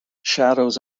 shadows